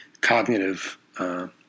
cognitive